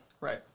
Right